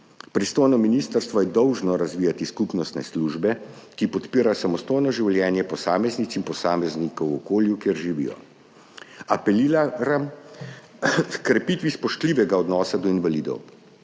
Pristojno ministrstvo je dolžno razvijati skupnostne službe, ki podpirajo samostojno življenje posameznic in posameznikov v okolju, kjer živijo. Apeliram h krepitvi spoštljivega odnosa do invalidov.